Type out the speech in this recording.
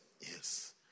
Yes